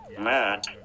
Matt